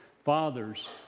Fathers